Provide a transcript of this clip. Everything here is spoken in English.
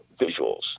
visuals